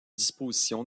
disposition